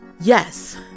yes